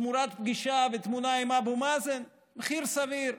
תמורת פגישה ותמונה עם אבו מאזן, מחיר סביר.